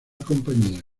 compañía